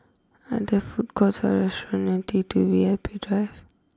are there food courts or restaurants near T two V I P Drive